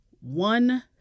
one